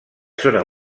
zona